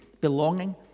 belonging